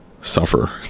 Suffer